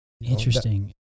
Interesting